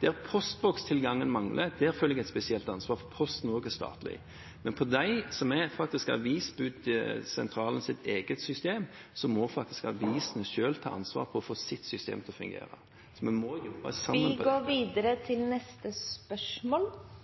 Der postbokstilgangen mangler, føler jeg et spesielt ansvar, for Posten er også statlig. Men for dem som er avisbudsentralens eget system, må avisene selv ta ansvar for å få sitt system til å fungere. Vi må jobbe sammen. «Livskvalitet for eldre mennesker handler blant annet om muligheten til